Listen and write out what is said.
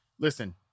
Listen